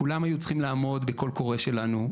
כולם היו צריכים לעמוד בקול קורא שלנו,